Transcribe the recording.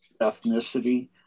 ethnicity